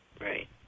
Right